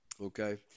okay